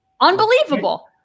Unbelievable